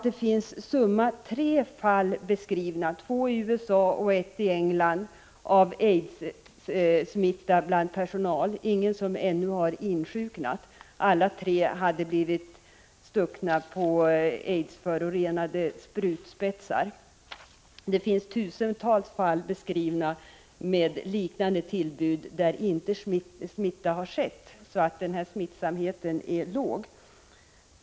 Det finns summa tre fall av aidssmitta bland sjukvårdspersonal beskrivna, två i USA och ett i England. Ingen har ännu insjuknat. Alla tre hade stuckit sig på aidsförorenade sprutspetsar. Det finns tusentals liknande tillbud beskrivna där smitta inte har skett. Smittsamheten är således låg.